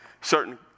certain